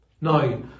now